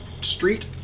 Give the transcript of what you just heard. street